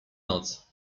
noc